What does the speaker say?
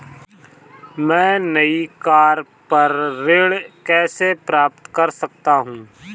मैं नई कार पर ऋण कैसे प्राप्त कर सकता हूँ?